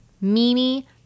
Mimi